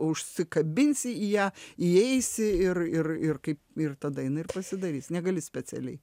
užsikabinsi į ją įeisi ir ir ir kaip ir tada jinai ir pasidarys negali specialiai